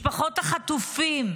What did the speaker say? משפחות החטופים,